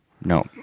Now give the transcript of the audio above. No